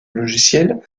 logiciel